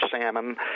salmon